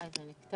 לאנשים